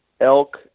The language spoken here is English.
elk